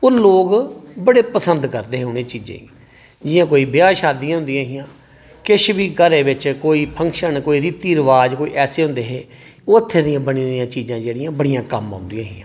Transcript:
ओह् लोग बड़े पसंद करदे हे उ'नें चीजें गी जि'यां कोई ब्याह् शादियां होंदियां हियां किश बी घरै बिच कोई फंक्शन कोई रीति रवाज कोई ऐसे होंदे हे ओह् हत्थै दियां बनी दियां चीजां जेह्ड़ियां बड़ियां कम्म औंदियां हियां